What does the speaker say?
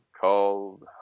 called